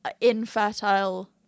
infertile